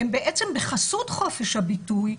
בחסות חופש הביטוי,